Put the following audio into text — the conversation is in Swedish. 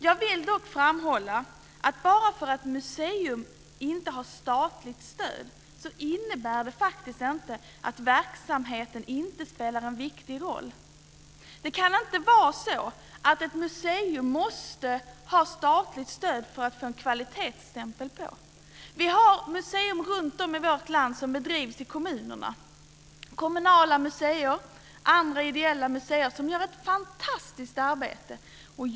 Jag vill dock framhålla att bara för att ett museum inte har statligt stöd innebär det inte att verksamheten inte spelar en viktig roll. Det kan inte vara så att ett museum måste ha statligt stöd för att få en kvalitetsstämpel. Vi har runtom i vårt land kommunala museer och ideella museer som gör ett fantastiskt arbete.